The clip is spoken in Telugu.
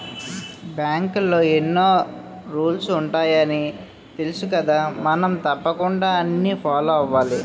బాంకులో ఎన్నో రూల్సు ఉంటాయని తెలుసుకదా మనం తప్పకుండా అన్నీ ఫాలో అవ్వాలి